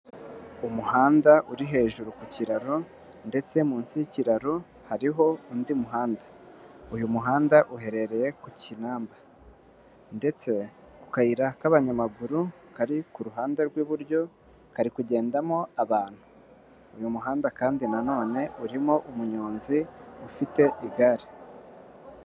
Umuhanda uri hejuru ku kiraro ndetse munsi y'ikiraro hariho undi muhanda, uyu muhanda uherereye ku kinamba ndetse ku kayira k'abanyamaguru kari ku ruhande rw'iburyo kari kugendamo abantu, uyu muhanda na none hari kugendamo umunyonzi ufite igare.